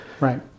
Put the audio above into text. Right